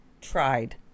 tried